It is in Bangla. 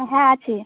হ্যাঁ আছে